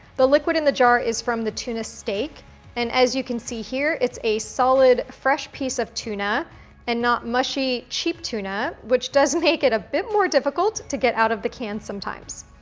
the liquid in the jar is from the tuna steak and as you can see here, it's a solid, fresh piece of tuna and not mushy, cheap tuna, which does make it a bit more difficult to get out of the cans sometimes.